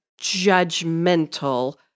judgmental